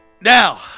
Now